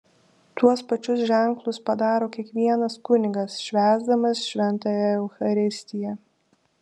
tuos pačius ženklus padaro kiekvienas kunigas švęsdamas šventąją eucharistiją